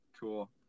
Cool